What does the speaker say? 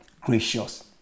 gracious